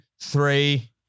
three